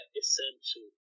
essential